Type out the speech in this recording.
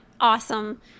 awesome